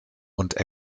und